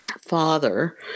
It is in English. father